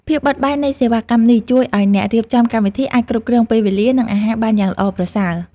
ភាពបត់បែននៃសេវាកម្មនេះជួយឱ្យអ្នករៀបចំកម្មវិធីអាចគ្រប់គ្រងពេលវេលា និងអាហារបានយ៉ាងល្អប្រសើរ។